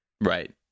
right